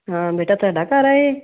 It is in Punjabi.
ਹਾਂ ਬੇਟਾ ਤੁਹਾਡਾ ਘਰ ਆ ਇਹ